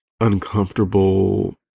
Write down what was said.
uncomfortable